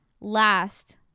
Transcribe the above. last